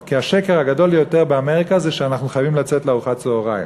כי השקר הגדול ביותר באמריקה הוא שאנחנו חייבים לצאת לארוחת צהריים.